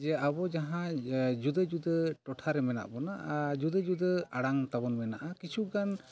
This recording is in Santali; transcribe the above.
ᱡᱮ ᱟᱵᱚ ᱡᱟᱦᱟᱸ ᱡᱩᱫᱟᱹ ᱡᱩᱫᱟᱹ ᱴᱚᱴᱷᱟ ᱨᱮ ᱢᱮᱱᱟᱜ ᱵᱚᱱᱟ ᱡᱩᱫᱟᱹ ᱡᱩᱫᱟᱹ ᱟᱲᱟᱝ ᱛᱟᱵᱚᱱ ᱢᱮᱱᱟᱜᱼᱟ ᱠᱤᱪᱷᱩ ᱜᱟᱱ